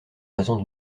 raison